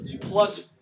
plus